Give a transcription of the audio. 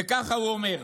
וככה הוא אומר: